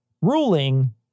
ruling